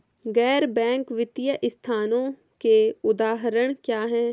गैर बैंक वित्तीय संस्थानों के उदाहरण क्या हैं?